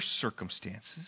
circumstances